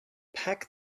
pack